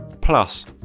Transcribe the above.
Plus